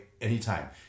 anytime